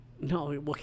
No